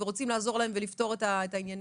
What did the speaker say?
ורוצים לעזור להם ולפתור את העניינים,